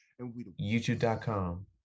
youtube.com